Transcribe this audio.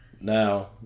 Now